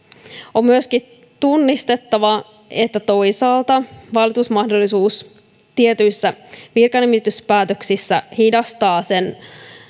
on myöskin tunnistettava että toisaalta valitusmahdollisuus tietyissä virkanimityspäätöksissä hidastaa sen